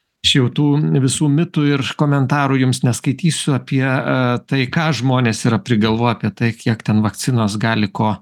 aš jau tų visų mitų ir komentarų jums neskaitysiu apie tai ką žmonės yra prigalvoję apie tai kiek ten vakcinos gali ko